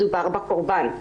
מדובר בקורבן.